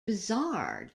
bizarre